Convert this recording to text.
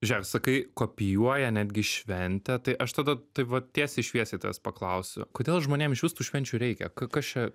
žie sakai kopijuoja netgi šventę tai aš tada taip va tiesiai šviesiai tavęs paklausiu kodėl žmonėm iš vis tų švenčių reikia ka kas čia